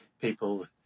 people